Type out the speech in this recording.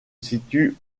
situe